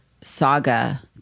saga